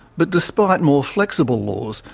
but despite more flexible laws,